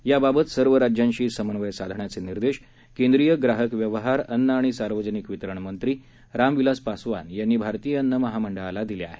याबाबत सर्व राज्यांशी समन्वय साधण्याचे निर्देश केंद्रीय ग्राहक व्यवहार अन्न आणि सार्वजनिक वितरण मंत्री राम विलास पासवान यांनी भारतीय अन्न महामंडळाला दिले आहेत